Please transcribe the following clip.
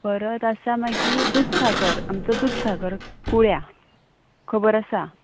परत आसा मागीर दुदसागर आमचो दुदसागर कुळ्यां खबर आसा